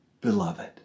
beloved